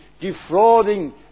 Defrauding